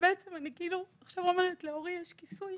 ובעצם אני כאילו עכשיו אומרת לאורי יש כיסוי,